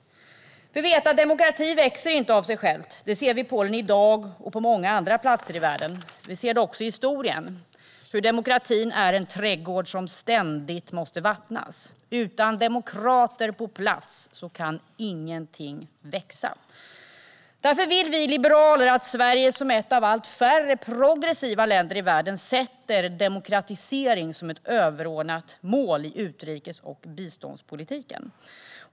Vi vet att demokrati inte växer av sig själv. Detta ser vi i Polen i dag och på många andra platser i världen. Vi ser det också i historien - hur demokratin är en trädgård som ständigt måste vattnas. Utan demokrater på plats kan ingenting växa. Därför vill vi liberaler att Sverige, som ett av allt färre progressiva länder i världen, sätter upp demokratisering som ett överordnat mål i utrikes och biståndspolitiken.